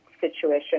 situation